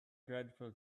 dreadful